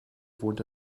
wohnt